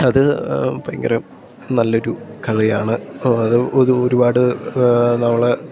അത് ഭയങ്കര നല്ലൊരു കളിയാണ് അത് ഒരു ഒരുപാട് നമ്മളെ